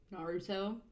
Naruto